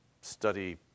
study